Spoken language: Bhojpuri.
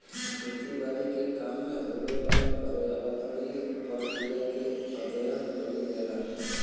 खेती बारी के काम में होए वाला पर्यावरणीय प्रक्रिया के अध्ययन कइल जाला